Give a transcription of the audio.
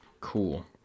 Cool